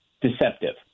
deceptive